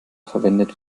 verwendet